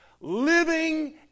living